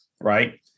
right